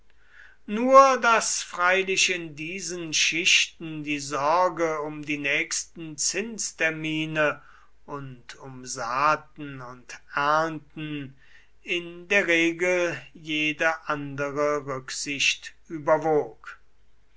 nur daß freilich in diesen schichten die sorge um die nächsten zinstermine und um saaten und ernten in der regel jede andere rücksicht überwog